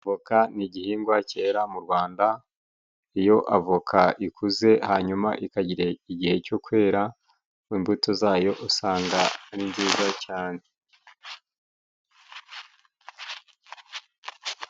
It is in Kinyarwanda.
Voka ni igihingwa cyera mu Rwanda, iyo avoka ikuze hanyuma ikagira igihe cyo kwera imbuto zayo usanga ari nziza cyane.